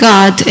God